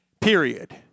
Period